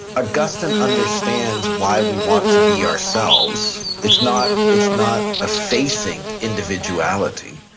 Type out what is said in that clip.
augustine understands why we want to be ourselves. it's not it's not a facing individuality.